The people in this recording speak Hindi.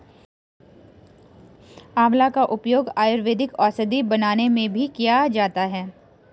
आंवला का उपयोग आयुर्वेदिक औषधि बनाने में भी किया जाता है